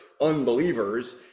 unbelievers